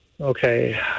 okay